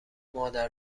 مادر